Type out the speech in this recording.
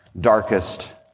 darkest